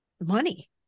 money